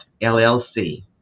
LLC